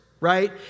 right